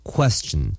Question